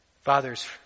Fathers